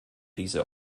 diese